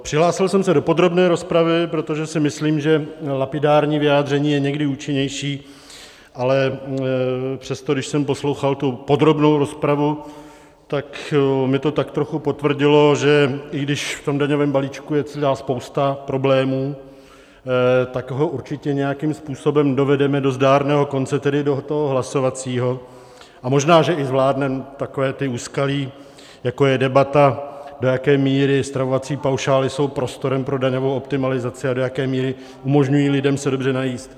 Přihlásil jsem se do podrobné rozpravy, protože si myslím, že lapidární vyjádření je někdy účinnější, ale přesto, když jsem poslouchal tu podrobnou rozpravu, tak mi to tak trochu potvrdilo, že i když v tom daňovém balíčku je celá spousta problémů, tak ho určitě nějakým způsobem dovedeme do zdárného konce, tedy do toho hlasovacího, a možná že i zvládneme taková ta úskalí, jako je debata, do jaké míry stravovací paušály jsou prostorem pro daňovou optimalizaci a do jaké míry umožňují lidem se dobře najíst.